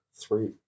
three